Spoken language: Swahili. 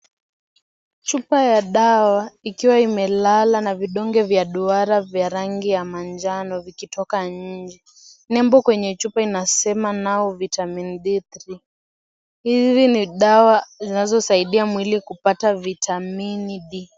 Chupa ya dawa , ikiwa imelala na vidonge vya duara vya rangi ya manjano vikitoka nje. Nembo kwenye chupa inasema vitamin D3 hizi ni dawa, zinazosaidia mwili kupata vitamini D.